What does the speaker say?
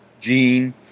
Gene